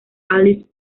alice